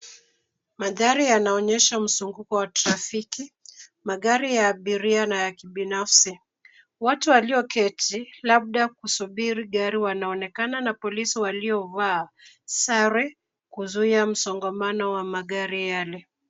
Mandhari yanaonyesha msunguko wa trafiki. Magari ya abiria na ya kibinafsi. Watu walioketi labda kusubiri gari wanaonekana na polisi waliovaa sare kuzuia msongamano wa magari yale.